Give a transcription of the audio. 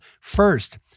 First